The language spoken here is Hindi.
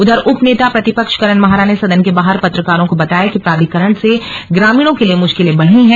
उधर उप नेता प्रतिपक्ष करन माहरा ने सदन के बाहर पत्रकारों को बताया कि प्राधिकरण से ग्रामीणों के लिए मुश्किलें बढ़ी हैं